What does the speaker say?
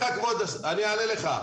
אני אענה לך.